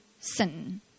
sin